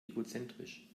egozentrisch